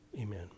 Amen